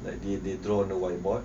like they they draw on the whiteboard